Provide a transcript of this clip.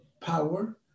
power